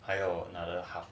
还有那个好